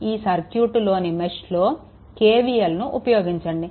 ఈ సర్క్యూట్లోని మెష్లో KVLను ఉపయోగించండి